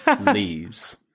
leaves